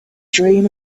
dream